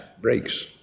breaks